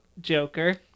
Joker